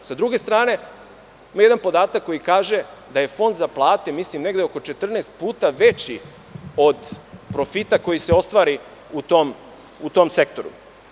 Sa druge strane imamo jedan podatak koji kaže da je fond za plate negde oko 14 puta veći od profita koji se ostvari u tom sektoru.